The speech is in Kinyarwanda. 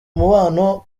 umubano